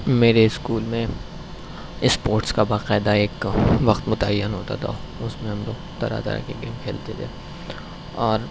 میرے اسکول میں اسپورٹس کا باقاعدہ ایک وقت متعین ہوتا تھا اس میں ہم لوگ طرح طرح کے گیم کھیلتے تھے اور